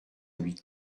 huit